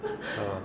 err